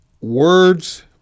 words